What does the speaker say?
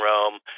Rome